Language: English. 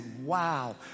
wow